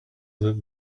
that